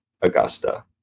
Augusta